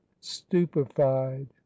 stupefied